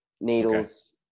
needles